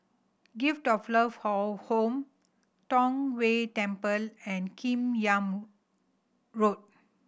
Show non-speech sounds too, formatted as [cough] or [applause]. Gift of Love [unintelligible] Home Tong Whye Temple and Kim Yam Road